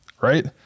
right